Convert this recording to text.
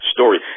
story